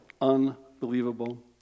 unbelievable